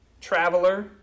traveler